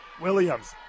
Williams